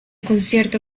concierto